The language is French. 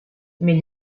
mais